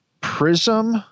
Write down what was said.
prism